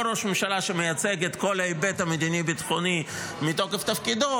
או ראש ממשלה שמייצג את כל ההיבט המדיני-ביטחוני מתוקף תפקידו,